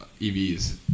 EVs